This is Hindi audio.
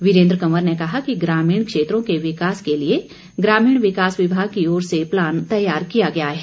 वीरेन्द्र कवर ने कहा कि ग्रामीण क्षेत्रों के विकास के लिए ग्रामीण विकास विभाग की ओर से प्लान तैयार किया गया है